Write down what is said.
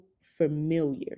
familiar